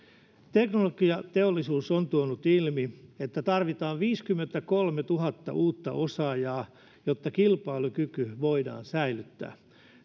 teknologiateollisuus on tuonut ilmi että tarvitaan viisikymmentäkolmetuhatta uutta osaajaa jotta kilpailukyky voidaan säilyttää